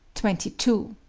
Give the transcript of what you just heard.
twenty two.